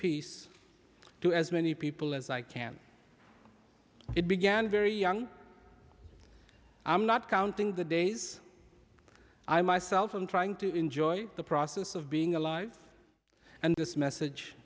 peace to as many people as i can it began very young i'm not counting the days i myself i'm trying to enjoy the process of being alive and this message